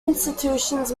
institutions